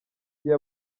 gihe